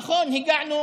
נכון, הגענו